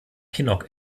kinnock